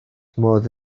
modd